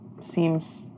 seems